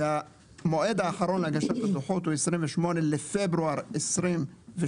והמועד האחרון להגשת הדוחות הוא 28 בפברואר 22,